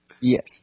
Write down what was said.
Yes